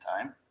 time